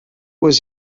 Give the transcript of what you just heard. was